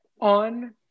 on